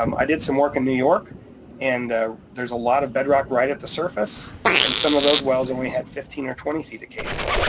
um i did some work in new york and there's a lot of bedrock right at the surface and some of those wells and only had fifteen or twenty feet of casing.